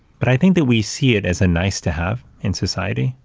but i think that we see it as a nice to have, in society,